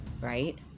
right